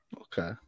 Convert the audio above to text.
Okay